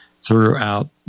throughout